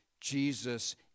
Jesus